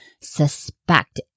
suspect